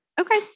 okay